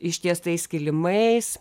ištiestais kilimais